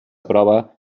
prova